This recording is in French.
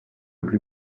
plus